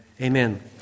amen